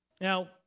Now